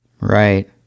Right